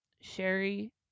sherry